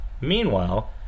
Meanwhile